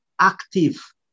active